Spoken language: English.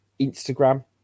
Instagram